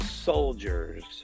soldiers